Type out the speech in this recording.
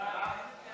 סעיף 14,